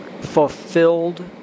Fulfilled